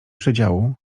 przedziału